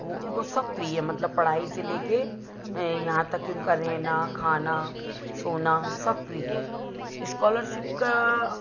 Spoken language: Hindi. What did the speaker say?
वो उनको सब फ्री है मतलब पढ़ाई से ले के यहाँ तक कि उनका रहना खाना सोना सब फ्री है स्कॉलरशिप का